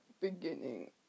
beginning